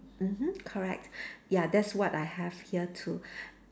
mmhmm correct ya that's what I have here too